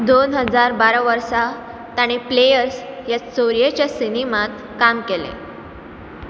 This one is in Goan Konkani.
दोन हजार बारा वर्सा ताणें प्लेयर्स ह्या चोरयेच्या सिनेमांत काम केलें